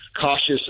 cautious